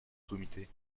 comité